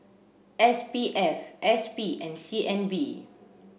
S P F S P and C N B